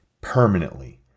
permanently